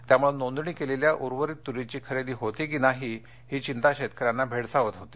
त्यामुळे नोंदणी केलेल्या उर्वरित तूरीची खरेदी होते की नाही ही चिंता शेतकऱ्यांना भेडसावत होती